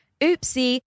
oopsie